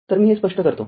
तर मी हे स्पष्ट करतो